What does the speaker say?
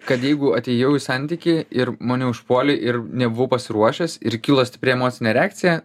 kad jeigu atėjau į santykį ir mane užpuolė ir nebuvau pasiruošęs ir kilo stipri emocinė reakcija